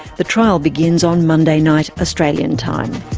the trial begins on monday night, australian time.